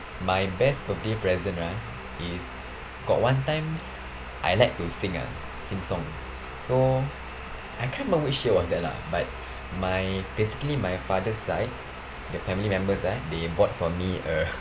my best birthday present ah is got one time I like to sing ah sing song so I can't remember which year was that lah but my basically my father's side the family members ah they bought for me a